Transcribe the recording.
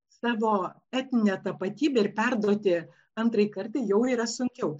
savo etninę tapatybę ir perduoti antrai kartai jau yra sunkiau